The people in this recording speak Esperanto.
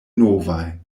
novaj